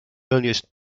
earliest